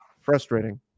Frustrating